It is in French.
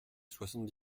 soixante